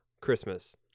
Christmas